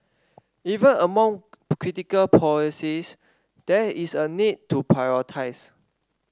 even among critical policies there is a need to prioritise